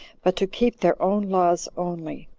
but to keep their own laws only.